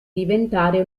diventare